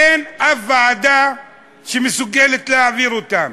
אין אף ועדה שמסוגלת להעביר אותם.